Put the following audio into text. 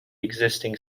existing